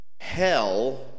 Hell